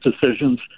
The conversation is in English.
decisions